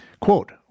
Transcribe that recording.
quote